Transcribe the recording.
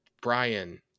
brian